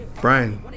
Brian